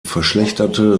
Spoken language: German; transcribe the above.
verschlechterte